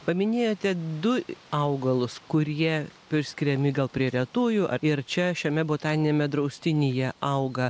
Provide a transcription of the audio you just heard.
paminėjote du augalus kurie priskiriami gal prie retųjų ar ir čia šiame botaniniame draustinyje auga